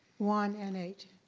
one and eight.